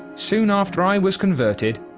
soon after i was converted,